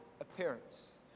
appearance